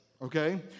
Okay